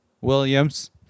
Williams